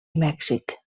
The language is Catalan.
mèxic